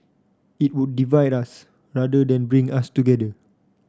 it would divide us rather than bring us together